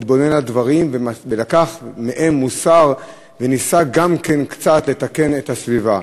התבונן על הדברים ולקח מהם מוסר וניסה גם כן קצת לתקן את הסביבה.